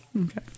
Okay